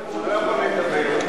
הוא לא יכול לדבר.